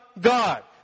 God